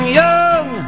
young